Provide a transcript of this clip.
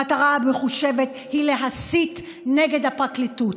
המטרה המחושבת היא להסית נגד הפרקליטות,